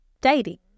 dating